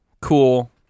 cool